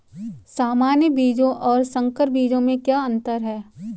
सामान्य बीजों और संकर बीजों में क्या अंतर है?